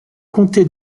comté